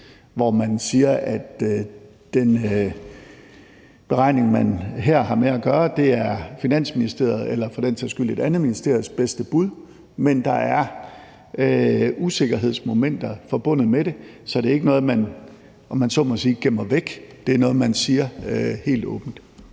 hvor man siger, at den beregning, man her har med at gøre, er Finansministeriets eller for den sags skyld et andet ministeries bedste bud, men at der er usikkerhedsmomenter forbundet med det. Så det er ikke noget, man – om man så må sige – gemmer væk, det er noget, man siger helt åbent.